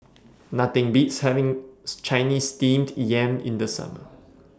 Nothing Beats having Chinese Steamed Yam in The Summer